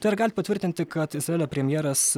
tai ar galit patvirtinti kad izraelio premjeras